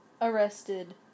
arrested